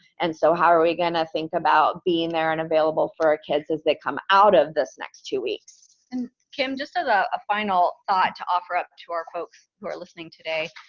and so how are we going to think about being there and available for our kids as they come out of this next two weeks? and kim, just and as a final thought to offer up to our folks who are listening today,